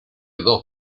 dos